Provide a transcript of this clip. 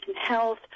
Health